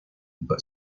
but